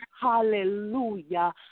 Hallelujah